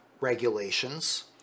regulations